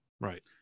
right